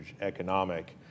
economic